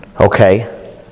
Okay